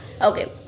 okay